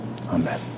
Amen